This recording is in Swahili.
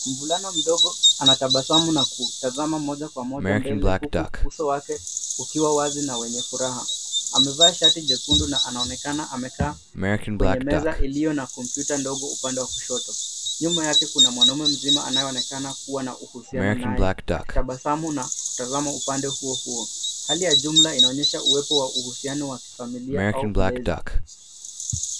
Mvulana mdogo, anatabasamu na kutazama moja kwa moja mbele, huku uso wake ukiwa wazi na wenye furaha. Amevaa shati jekundu na anaonekana amekaa, kwenye mezani iliyo na kompyuta ndogo upande wa kushoto. Nyuma yake kuna mwanaume mzima anayeonekana kuwa uhusiano naye akitabasamu, na kutazama upande huo huo. Hali ya jumla inaonyesha uwepo wa uhusiano wa kifamilia na ulezi.